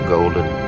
Golden